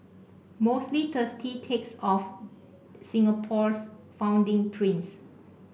mostly thirsty takes of Singapore's founding prince